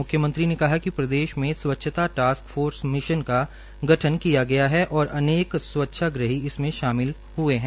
मुख्यमंत्री ने कहा कि प्रदेश में स्वच्छता टास्क फोसै मिशन का गठन किया गया है और अनेक स्वच्छा गृही इसमें शामिल हए है